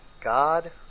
God